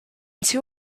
two